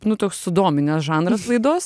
nu toks sudominęs žanras laidos